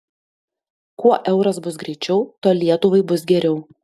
kuo euras bus greičiau tuo lietuvai bus geriau